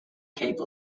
cape